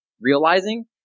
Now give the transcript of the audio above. realizing